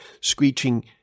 screeching